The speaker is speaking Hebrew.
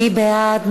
מי בעד?